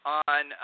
on